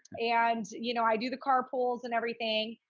and you know, i do the car pools and everything.